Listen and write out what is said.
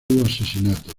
asesinato